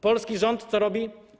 Polski rząd co robi?